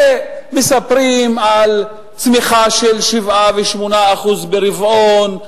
ומספרים על צמיחה של 7% ו-8% ברבעון,